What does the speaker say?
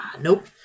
Nope